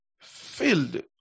Filled